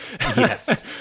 Yes